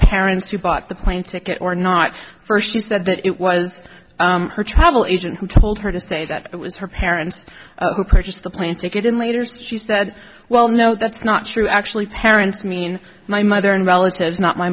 parents who bought the plane ticket or not first she said that it was her travel agent who told her to say that it was her parents who purchased the plane ticket in leaders she said well no that's not true actually parents mean my mother and relatives not my